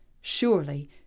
surely